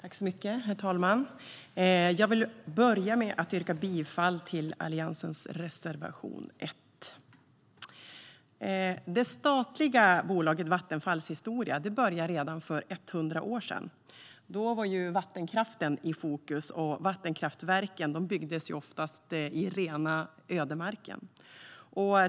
Herr talman! Jag börjar med att yrka bifall till Alliansens reservation 1. Det statliga bolaget Vattenfalls historia började redan för 100 år sedan. Då var vattenkraften i fokus, och vattenkraftverken byggdes ofta i rena ödemarken.